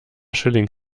schilling